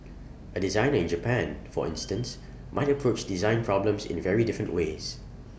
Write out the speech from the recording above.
A designer in Japan for instance might approach design problems in very different ways